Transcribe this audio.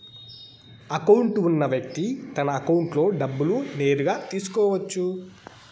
account ఉన్న వ్యక్తి తన అకౌంట్లో డబ్బులు నేరుగా తీసుకోవచ్చు